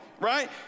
right